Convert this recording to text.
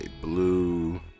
blue